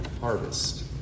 harvest